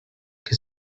que